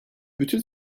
bütün